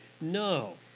No